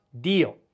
deal